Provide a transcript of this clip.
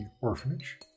orphanage